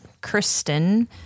Kristen